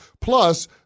Plus